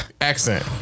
accent